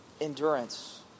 endurance